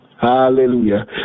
hallelujah